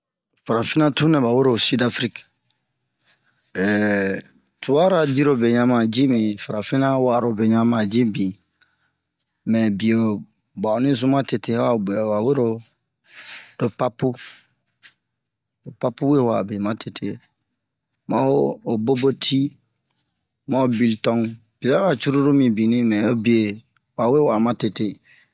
Farafinna tun nɛ ɓa wero Sud-Afrik tuɓara dirobe ɲan ma ci min farafinna wa'arobe ɲan ma ji bin mɛ biyo ɓa onni zun matete ho a biyɛ ɓa wero papu papu we wa'a bin matete ma ho ho boboti ma ho bilton pla-ra curulu mibin mɛ ho be ɓa we wa'a matete